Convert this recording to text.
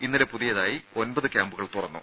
ഇന്നലെ പുതുതായി ഒൻപത് ക്യാമ്പുകൾ തുറന്നു